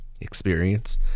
experience